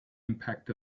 impact